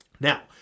Now